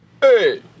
Hey